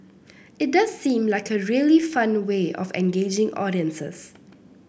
it does seem like a really fun way of engaging audiences